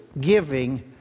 giving